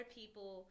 people